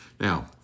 Now